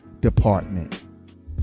Department